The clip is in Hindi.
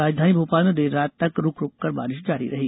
राजधानी भोपाल में देर रात तक रूक रूककर बारिश जारी रही